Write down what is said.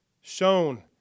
shown